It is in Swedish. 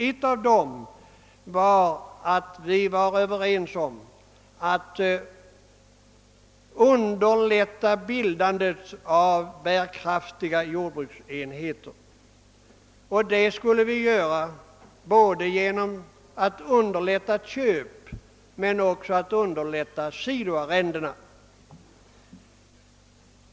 En sak som vi var överens om var att underlätta bildandet av bärkraftiga jordbruksenheter både genom att underlätta köp och genom att underlätta sidoarrenden.